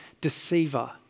deceiver